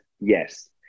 Yes